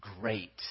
great